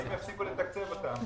יפסיקו לתקצב אותם.